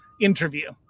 interview